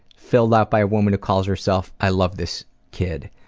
filled out by a woman who calls herself i love this kid.